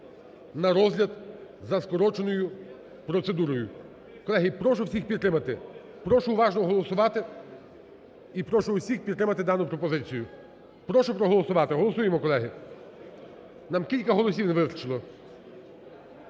на розгляд за скороченою процедурою. Колеги, прошу всіх підтримати, прошу уважно голосувати і прошу усіх підтримати дану пропозицію, прошу проголосувати. Голосуємо, колеги, нам кілька голосів не вистачило.